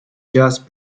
just